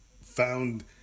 found